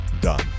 done